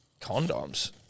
Condoms